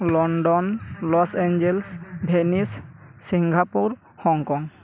London Los Angeles Venice Singapore Hong Kong